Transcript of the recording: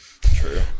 True